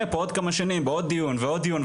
פה עוד כמה שנים בעוד דיון ועוד דיון,